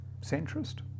centrist